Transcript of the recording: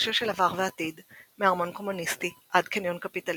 ורשה של עבר ועתיד מארמון קומוניסטי עד קניון קפיטליסטי,